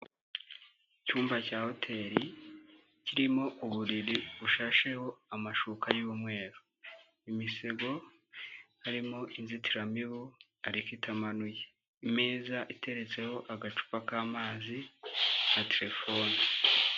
Icyumba cya hoteri kirimo uburiri bushasheho amashuka y'umweru, imisego, harimo inzitiramibu ariko itamanuye, imeza iteretseho agacupa k'amazi na terefone.